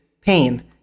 pain